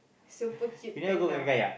super heat than the